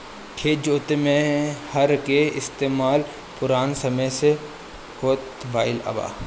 खेत जोते में हर के इस्तेमाल पुरान समय से होखत आइल बा